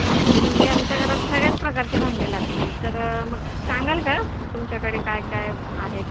तर म्हणजे आमच्या घरात सगळ्याच प्रकारचे भांडी लागतील तर मग सांगाल का तुमच्याकडे काय काय आहेत